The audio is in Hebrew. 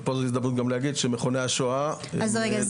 ופה ההזדמנות גם להגיד שמכוני השואה הם מגוון --- אז רגע.